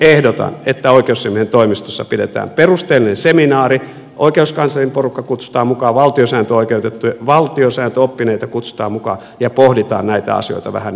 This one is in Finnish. ehdotan että oikeusasiamiehen toimistossa pidetään perusteellinen seminaari oikeuskanslerin porukka kutsutaan mukaan valtiosääntöoppineita kutsutaan mukaan ja pohditaan näitä asioita vähän uudelta kantilta